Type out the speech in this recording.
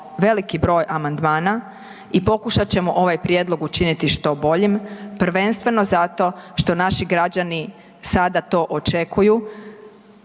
veliki broj amandmana i pokušat ćemo ovaj prijedlog učiniti što boljim, prvenstveno zato što naši građani sada to očekuju,